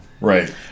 Right